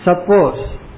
Suppose